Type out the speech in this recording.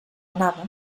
anava